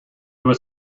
was